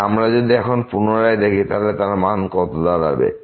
তাই আমরা যদি এখন পুনরায় দেখি তাহলে তার মান কত দাঁড়াবে